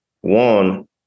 one